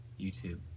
YouTube